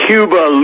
Cuba